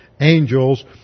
angels